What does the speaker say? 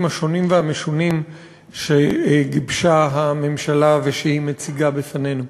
השונים והמשונים שגיבשה הממשלה והיא מציגה בפנינו.